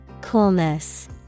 Coolness